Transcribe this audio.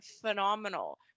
phenomenal